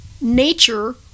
nature